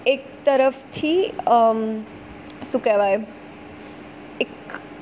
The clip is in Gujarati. એક તરફથી શું કહેવાય એક